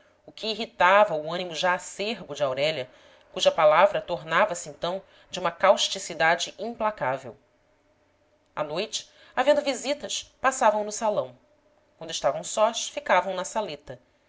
o que irritava o ânimo já acerbo de aurélia cuja palavra tornava-se então de uma causticidade implacável à noite havendo visitas passavam no salão quando estavam sós ficavam na saleta